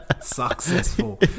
Successful